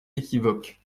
équivoques